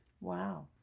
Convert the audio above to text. Wow